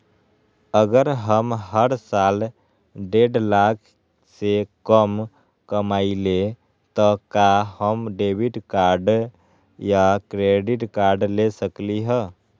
अगर हम हर साल डेढ़ लाख से कम कमावईले त का हम डेबिट कार्ड या क्रेडिट कार्ड ले सकली ह?